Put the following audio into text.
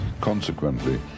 consequently